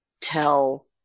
tell